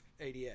ADS